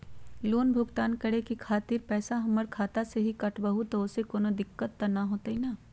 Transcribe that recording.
Loan भुगतान करे के खातिर पैसा हमर खाता में से ही काटबहु त ओसे कौनो दिक्कत त न होई न?